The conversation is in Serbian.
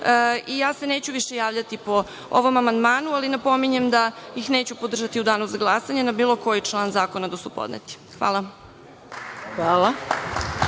se neću javljati po ovom amandmanu, ali napominjem da ih neću podržati u danu za glasanje na bilo koji član zakona da su podneti. Hvala. **Maja